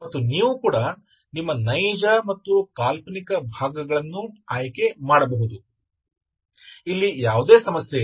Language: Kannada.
ಮತ್ತು ನೀವೂ ಕೂಡ ನಿಮ್ಮ ನೈಜ ಮತ್ತು ಕಾಲ್ಪನಿಕ ಭಾಗಗಳನ್ನು ಆಯ್ಕೆ ಮಾಡಬಹುದು ಇಲ್ಲಿ ಯಾವುದೇ ಸಮಸ್ಯೆ ಇಲ್ಲ